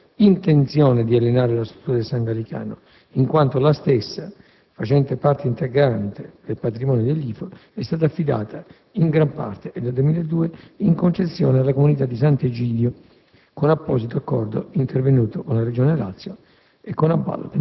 complesso ospedaliero IFO di Mostacciano. Non vi è alcuna intenzione di «alienare» la struttura del San Gallicano, in quanto la stessa, facente parte integrante del patrimonio degli IFO, è stata affidata, in gran parte e dal 2002, in concessione alla Comunità di S. Egidio